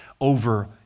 Over